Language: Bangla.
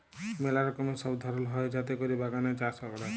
ম্যালা রকমের সব ধরল হ্যয় যাতে ক্যরে বাগানে চাষ ক্যরে